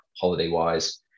holiday-wise